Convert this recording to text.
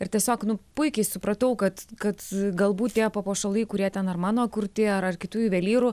ir tiesiog nu puikiai supratau kad kad galbūt tie papuošalai kurie ten ar mano kurti ar ar kitų juvelyrų